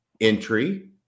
entry